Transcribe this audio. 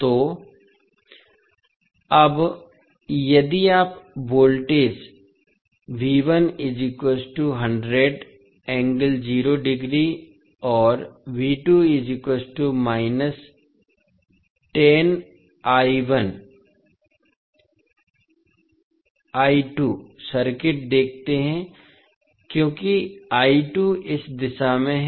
तो अब यदि आप वोल्टेज और सर्किट देखते हैं क्योंकि इस दिशा में है